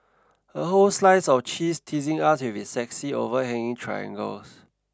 a whole slice of cheese teasing us with its sexy overhanging triangles